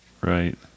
right